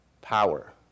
power